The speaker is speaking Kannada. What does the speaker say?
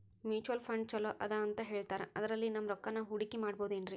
ಮ್ಯೂಚುಯಲ್ ಫಂಡ್ ಛಲೋ ಅದಾ ಅಂತಾ ಹೇಳ್ತಾರ ಅದ್ರಲ್ಲಿ ನಮ್ ರೊಕ್ಕನಾ ಹೂಡಕಿ ಮಾಡಬೋದೇನ್ರಿ?